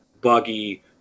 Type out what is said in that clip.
buggy